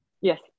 Yes